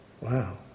Wow